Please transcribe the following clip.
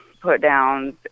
put-downs